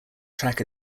track